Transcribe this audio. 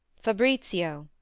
fabritio,